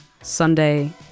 Sunday